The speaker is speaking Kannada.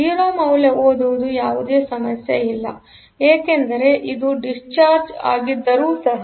0 ಮೌಲ್ಯ ಓದುವುದು ಯಾವುದೇ ಸಮಸ್ಯೆ ಇಲ್ಲ ಏಕೆಂದರೆ ಇದು ಡಿಸ್ಚಾರ್ಜ್ ಆಗಿದ್ದರೂ ಸಹ